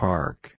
Park